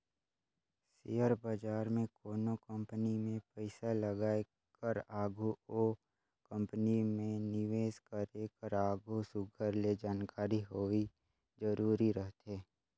share बजार में कोनो कंपनी में पइसा लगाए कर आघु ओ कंपनी में निवेस करे कर आघु सुग्घर ले जानकारी होवई जरूरी रहथे